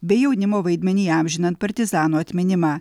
bei jaunimo vaidmenį įamžinant partizanų atminimą